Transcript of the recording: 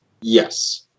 Yes